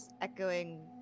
echoing